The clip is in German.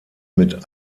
mit